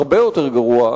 הרבה יותר גרוע,